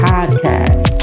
Podcast